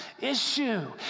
issue